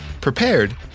prepared